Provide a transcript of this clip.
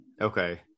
Okay